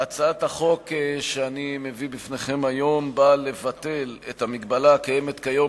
הצעת החוק שאני מביא בפניכם היום באה לבטל את ההגבלה הקיימת כיום